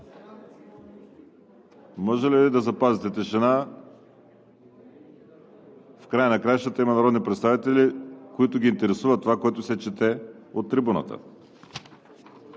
Може ли да запазите тишина? В края на краищата има народни представители, които ги интересува това, което се чете от трибуната.